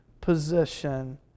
position